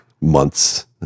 months